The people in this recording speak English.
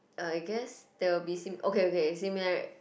I guess there will be sim~ okay okay similarity